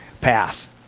path